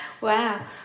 wow